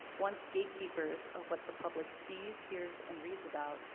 once gatekeepers of what the public sees, hears, and reads about,